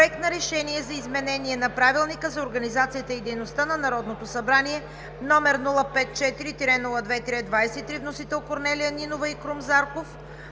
„Проект на решение за изменение на Правилника за организацията и дейността на Народното събрание, № 054-02-23, вносители Корнелия Нинова и Крум Зарков